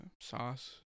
sauce